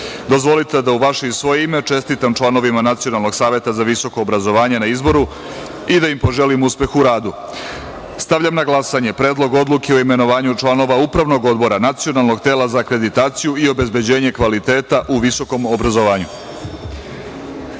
da u vaše i svoje ime čestitam članovima Nacionalnog saveta za visoko obrazovanje na izboru i da im poželim uspeh u radu. Stavljam na glasanje Predlog odluke o imenovanju članova Upravnog odbora Nacionalnog tela za akreditaciju i obezbeđenje kvaliteta u visokom obrazovanju. Zaključujem